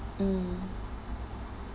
mmhmm